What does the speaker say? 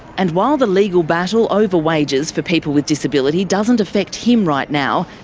and while the legal battle over wages for people with disability doesn't affect him right now,